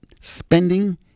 spending